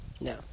no